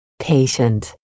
Patient